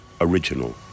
original